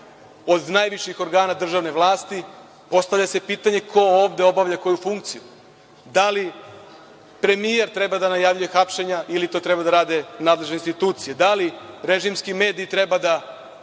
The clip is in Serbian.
od najviših organa državne vlasti. Postavlja se pitanje – ko ovde obavlja koju funkciju? Da li premijer treba da najavljuje hapšenja ili to treba da rade nadležne institucije? Da li režimski mediji treba da